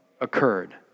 occurred